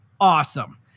awesome